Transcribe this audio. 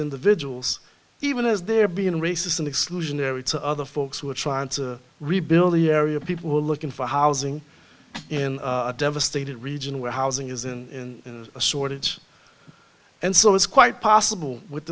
individuals even as they're being racist and exclusionary to other folks who are trying to rebuild the area people looking for housing in devastated region where housing is in a shortage and so it's quite possible with